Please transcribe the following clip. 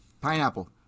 Pineapple